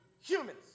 Humans